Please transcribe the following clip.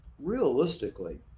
realistically